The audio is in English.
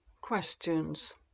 Questions